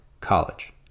college